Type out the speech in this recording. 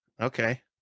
okay